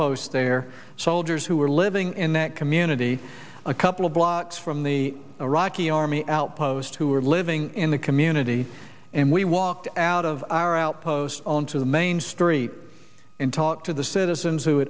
outposts their soldiers who were living in that community a couple of blocks from the iraqi army outpost who were living in the community and we walked out of our outpost onto the main street and talk to the citizens who